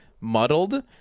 muddled